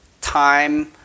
time